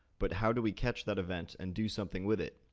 but how do we catch that event and do something with it?